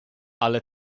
ale